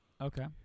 Okay